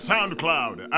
SoundCloud